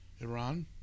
Iran